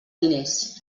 diners